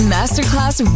Masterclass